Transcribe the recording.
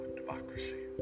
democracy